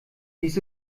dies